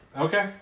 Okay